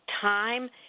time